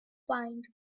find